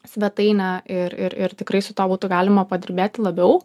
svetainę ir ir ir tikrai su tuo būtų galima padirbėti labiau